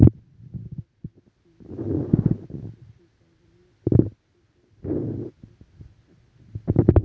गोड्या पाण्यातीली परिसंस्था ही पृथ्वीच्या जलीय परिसंस्थेचो उपसंच असता